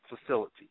facility